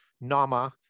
Nama